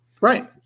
Right